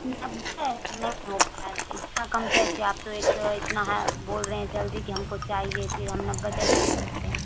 نبے نہیں ہو پائے گا اتنا کم کیسے آپ تو ایک تو اتنا ہال بول رہے ہیں جلدی کہ ہم کو چاہیے پھر ہم نبے روپے کیسے دے سکتے ہیں